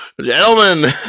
gentlemen